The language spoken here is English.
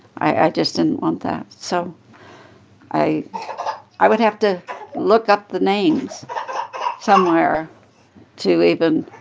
i just didn't want that, so i i would have to look up the names somewhere to even